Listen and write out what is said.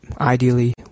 Ideally